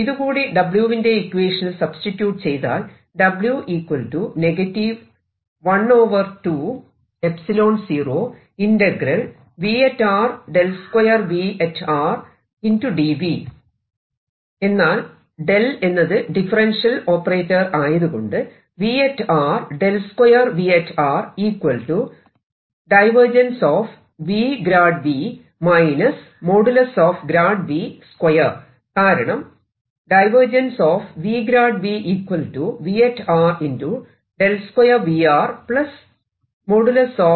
ഇതുകൂടി W വിന്റെ ഇക്വേഷനിൽ സബ്സ്റ്റിട്യൂട്ട് ചെയ്താൽ എന്നാൽ എന്നത് ഡിഫറെൻഷ്യൽ ഓപ്പറേറ്റർ ആയതുകൊണ്ട് കാരണം ആണല്ലോ